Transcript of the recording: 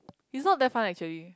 is not that fun actually